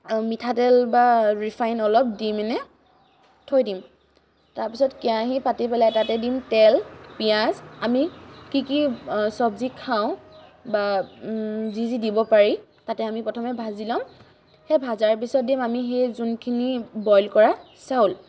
মিঠাতেল বা ৰিফাইন অলপ দি পিনে থৈ দিম তাৰপিছত কেৰাহী পাতি পিনে তাত দিম তেল পিঁয়াজ আৰু কি কি চব্জি খাওঁ বা যি যি দিব পাৰি তাতে আমি প্ৰথমে ভাজি ল'ম সেই ভাজাৰ পিছত দিম আমি সেই যোনখিনি বইল কৰা চাউল